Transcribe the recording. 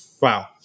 Wow